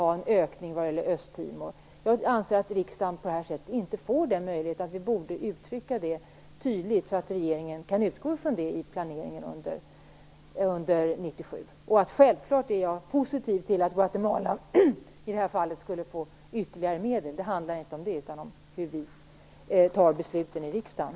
På det här sättet får riksdagen inte den möjligheten. Detta borde uttryckas tydligt så att riksdagen kan ha det som utgångspunkt vid planeringen under 1997. Självfallet är jag positivt inställd till att Guatemala skulle få ytterligare medel. Det handlar inte om det utan om hur vi fattar beslut i riksdagen.